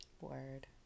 Word